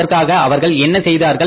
அதற்காக அவர்கள் என்ன செய்தார்கள்